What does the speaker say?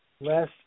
less